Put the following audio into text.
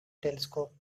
telescope